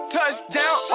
Touchdown